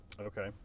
okay